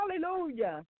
Hallelujah